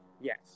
Yes